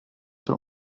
der